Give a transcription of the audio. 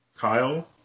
Kyle